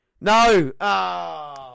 No